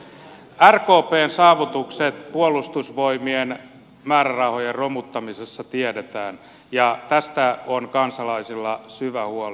rkpn saavutukset puolustusvoimien määrärahojen romuttamisessa tiedetään ja tästä on kansalaisilla syvä huoli